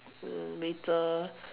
uh Mei-Zhi